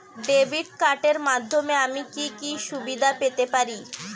Debit কার্ডের মাধ্যমে আমি কি কি সুবিধা পেতে পারি?